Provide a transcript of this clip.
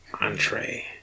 Entree